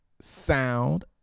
sound